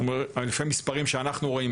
לפי מספרים שאנחנו רואים,